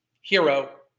Hero